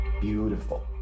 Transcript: Beautiful